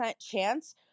chance